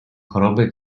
choroby